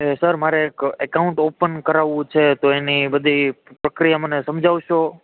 એ sir મારે એક account open કરાવવું છે તો એની બધી પ્રક્રિયા મને સમજાવશો